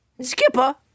Skipper